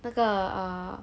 那个 err